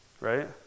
right